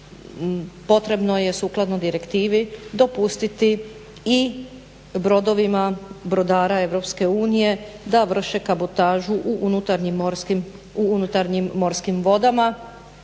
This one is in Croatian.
potrebno je sukladno direktivi dopustiti i brodovima brodara EU da vrše kabotažu u unutarnjim morskim vodama